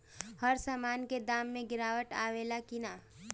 हर सामन के दाम मे गीरावट आवेला कि न?